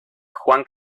juan